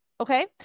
Okay